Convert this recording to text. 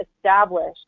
established